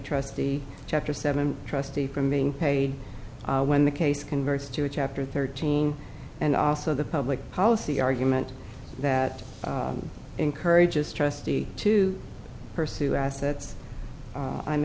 trustee chapter seven trustee from being paid when the case converts to a chapter thirteen and also the public policy argument that encourages trustee to pursue assets